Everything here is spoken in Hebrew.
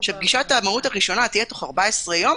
שפגישת המהו"ת הראשונה תהיה תוך 14 יום,